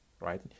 right